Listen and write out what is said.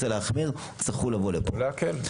רוצה להחמיר או להקל.